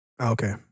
Okay